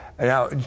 Now